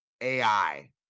AI